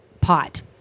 pot